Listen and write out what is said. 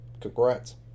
Congrats